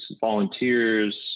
volunteers